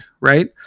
right